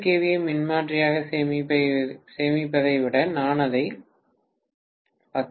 ஏ மின்மாற்றியாக சேமிப்பதை விட நான் அதை 10 கே